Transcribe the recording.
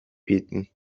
bieten